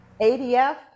ADF